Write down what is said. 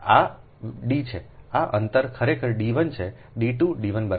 આ અંતર ખરેખર d 1 છે d 2 d 1 બરાબર નથી